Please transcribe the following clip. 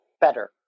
better